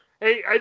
Hey